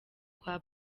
kwa